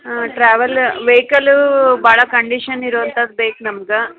ಹಾಂ travel vehicle ಭಾಳ condition ಇರುವಂಥದ್ದು ಬೇಕು ನಮ್ಗೆ